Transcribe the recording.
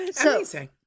Amazing